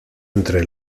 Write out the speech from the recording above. entre